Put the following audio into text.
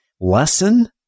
lesson